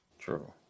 True